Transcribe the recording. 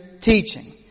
teaching